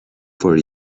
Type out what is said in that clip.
for